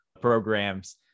programs